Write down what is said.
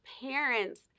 parents